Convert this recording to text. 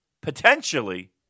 potentially